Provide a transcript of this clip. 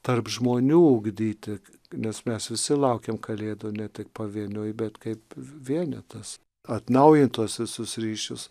tarp žmonių ugdyti nes mes visi laukiam kalėdų ne tik pavieniui bet kaip vienetas atnaujint tuos visus ryšius